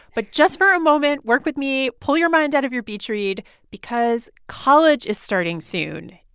but just for a moment, work with me, pull your mind out of your beach read because college is starting soon,